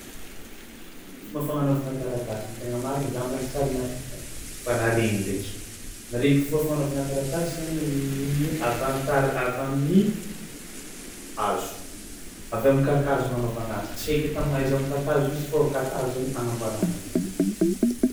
Fomba fagnanaovana taratasy, tegna mariny zah mbola tsy nahita, fa naharegny ndreky, ny regniky fomba fagnanaovana taratasy zany noho ny hoe avy amy ta- avy amin'ny hazo avy amy kakazo agnanaovana tsy eky tahony aiza amy kakazo izy fô kakazo hagnamboarana azy.